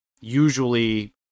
usually